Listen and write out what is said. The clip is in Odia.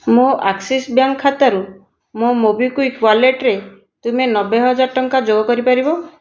ମୋ' ଆକ୍ସିସ୍ ବ୍ୟାଙ୍କ ଖାତାରୁ ମୋ' ମୋବିକ୍ଵିକ୍ ୱାଲେଟରେ ତୁମେ ନବେ ହଜାର ଟଙ୍କା ଯୋଗ କରିପାରିବ